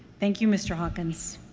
thank you, mr. hawkins.